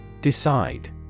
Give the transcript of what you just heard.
Decide